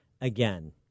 again